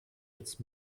jetzt